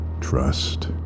trust